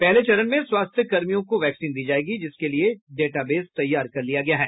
पहले चरण में स्वास्थ्य कर्मियों को वैक्सीन दी जाएगी जिसके लिए डेटाबेस तैयार कर लिया गया है